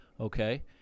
Okay